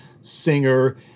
singer